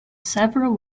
several